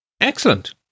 Excellent